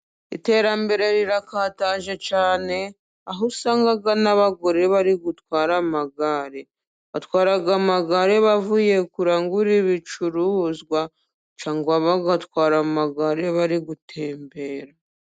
Iterambere rirakataje cyane, aho usanga n'abagore bari gutwara amagare; batwara amagare bavuye kurangura ibicuruzwa cyangwa bagatwara amagare bari gutembera,